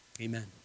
Amen